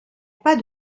pas